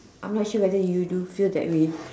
I'm not sure whether you do feel that way